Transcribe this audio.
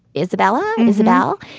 isabella and isabelle,